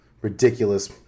ridiculous